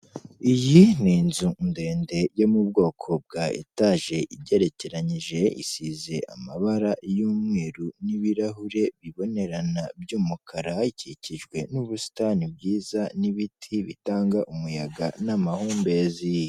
Iyi ni inzu ndende yo mu bwoko bwa etaje igerekeranije, isize amabara y'umweru n'ibirahure bibonerana by'umukara, ikikijwe n'ubusitani bwiza n'ibiti bitanga umuyaga n'amahumbezi.